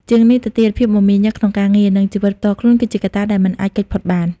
ជាងនេះទៅទៀត ភាពមមាញឹកក្នុងការងារ និងជីវិតផ្ទាល់ខ្លួន គឺជាកត្តាដែលមិនអាចគេចផុតបាន។